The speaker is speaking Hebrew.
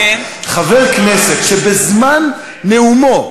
חבר כנסת שבזמן נאומו,